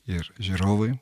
ir žiūrovai